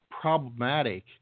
problematic